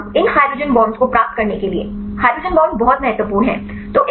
कम से कम इन हाइड्रोजन बांडों को प्राप्त करने के लिए हाइड्रोजन बांड बहुत महत्वपूर्ण हैं